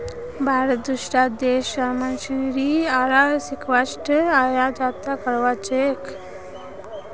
भारतत दूसरा देश स मशीनरी आर इक्विपमेंट आयात कराल जा छेक